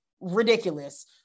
ridiculous